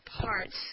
parts